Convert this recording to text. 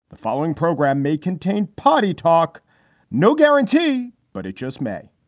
the following program may contain potty talk no guarantee, but it just may